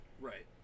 Right